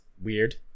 weird